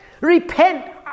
Repent